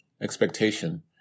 expectation